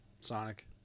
Sonic